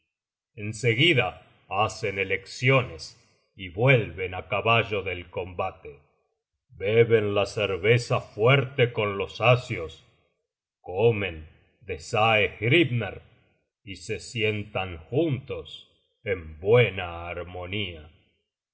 seguida hacen elecciones y vuelven á caballo del combate beben la cerveza fuerte con los asios comen de saehrimmer y se sientan juntos en buena armonía